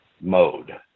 mode